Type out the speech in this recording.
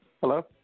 Hello